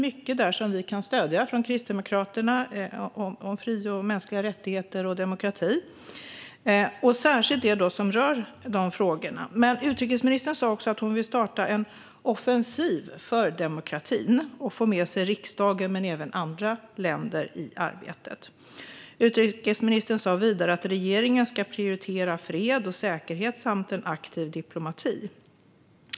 Mycket i den kan Kristdemokraterna stödja, särskilt vad gäller mänskliga fri och rättigheter och demokrati. Utrikesministern sa också att hon vill starta en offensiv för demokrati och få med sig såväl riksdagen som andra länder i detta arbete. Utrikesministern sa vidare att regeringen ska prioritera fred och säkerhet samt en aktiv diplomati.